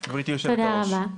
תודה רבה.